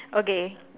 okay